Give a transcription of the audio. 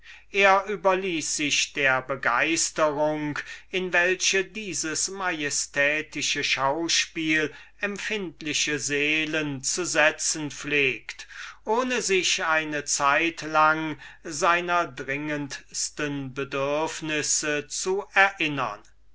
er überließ sich der begeisterung worin dieses majestätische schauspiel empfindliche seelen zu setzen pflegt ohne eine lange zeit sich seiner dringendsten bedürfnisse zu erinnern